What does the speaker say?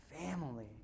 Family